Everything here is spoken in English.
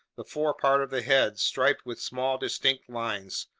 the forepart of the head striped with small distinct lines,